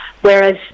Whereas